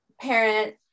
parent